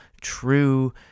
true